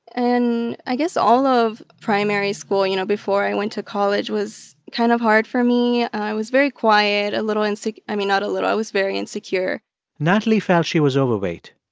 and i guess all of primary school, you know, before i went to college, was kind of hard for me. i was very quiet, a little i mean, not a little. i was very insecure natalie felt she was overweight.